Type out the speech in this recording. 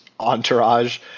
entourage